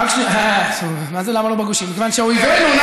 מה זה למה לא בגושים?